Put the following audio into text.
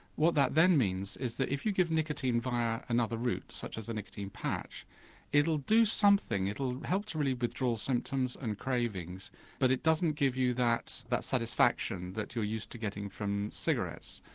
what that then means is that if you give nicotine via another route such as a nicotine patch it'll do something, it'll help to relieve withdrawal symptoms and cravings but it doesn't give you that that satisfaction that you're used to getting from cigarettes.